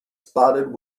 spotted